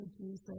Jesus